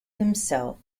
himself